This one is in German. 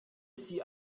sie